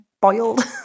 boiled